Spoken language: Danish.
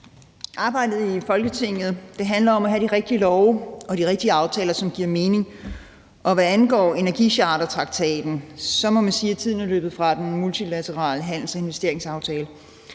Arbejdet i Folketinget handler om at have de rigtige love og de rigtige aftaler, som giver mening. Og hvad angår energichartertraktaten, må man sige, at tiden er løbet fra den multilaterale handels- og investeringsaftale.